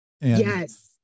Yes